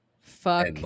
Fuck